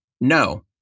no